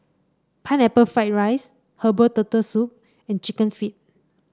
Pineapple Fried Rice Herbal Turtle Soup and chicken feet